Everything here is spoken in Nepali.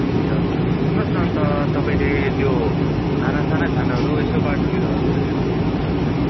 ए हजुर सुन्नुहोस् न अन्त तपाईँले त्यो खाना साना खानुहरू यसो बाटोतिरहरू पनि रोकिदिनुहुन्छ होला है